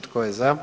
Tko je za?